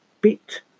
bit